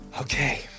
okay